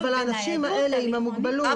אנחנו רצינו להבטיח שלפחות תהיה רמת נגישות הכי